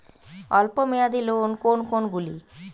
অল্প মেয়াদি লোন কোন কোনগুলি?